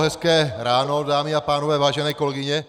Hezké ráno, dámy a pánové, vážené kolegyně.